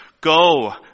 Go